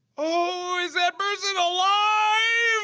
oooh is that person aliiiivvvveee?